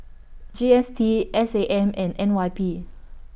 G S T S A M and N Y P